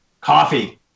Coffee